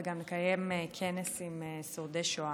וגם נקיים כנס עם שורדי שואה.